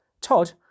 Todd